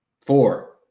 four